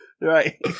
Right